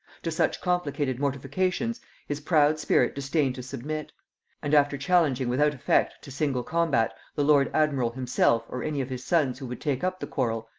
to such complicated mortifications his proud spirit disdained to submit and after challenging without effect to single combat the lord admiral himself or any of his sons who would take up the quarrel,